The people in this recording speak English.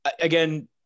again